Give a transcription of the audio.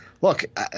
look